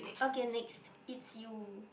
okay next it's you